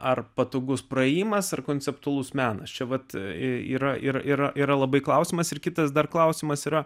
ar patogus praėjimas ar konceptualus menas čia vat yra ir ir yra labai klausimas ir kitas dar klausimas yra